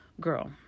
girl